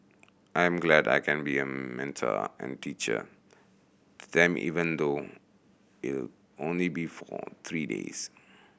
I am glad I can be a mentor and teacher to them even though it'll only be for three days